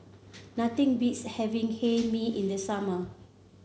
nothing beats having Hae Mee in the summer